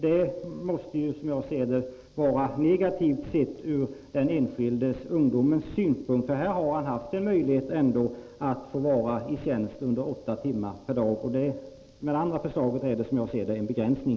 Det måste ju vara negativt, sett ur ungdomars synpunkt. Man har ändå haft möjlighet att vara i tjänst åtta timmar per dag. Som jag ser det innebär vid den jämförelsen det nya förslaget en begränsning.